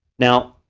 now,